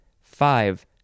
Five